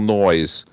noise